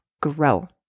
grow